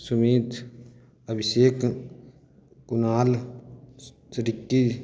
Sumit Abhishek Kunal Ricky